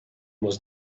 was